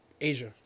Asia